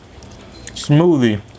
smoothie